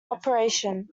operation